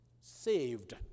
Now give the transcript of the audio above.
saved